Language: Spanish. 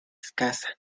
escasa